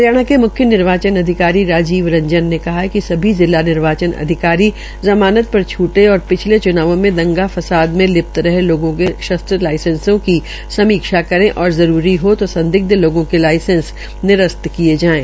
हरियाणा के मुख्य निर्वाचन अधिकारी राजीव रंजन ने कहा है कि सभी जिला निर्वाचित अधिकारी जमानत पर छूटे और पिछले ुचुनावों में दंगा फसाद में लिप्त रहे लोगों के शस्त्र लाइसेंसो की समीक्ष करे और जरूरी हो तो संदिग्ध लोगों के लाइसेंस निरस्त किये जाये